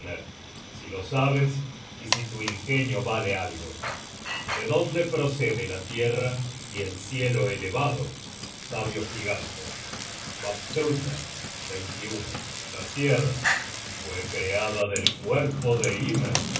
si lo sabes y si tu unas trescientas leguas content from google book search generated at ingenio vale algo de dónde procede la tierra y el cielo elevado sabio gigante vafthrudner la tierra fue creada del cuerpo de ymer